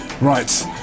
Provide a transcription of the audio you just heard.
right